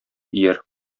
ияр